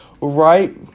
Right